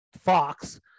Fox